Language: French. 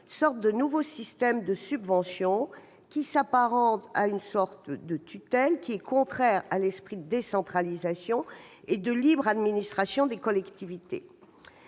Or ce nouveau système de subvention s'apparente à une sorte de tutelle, contraire à l'esprit de décentralisation et de libre administration des collectivités.